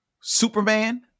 Superman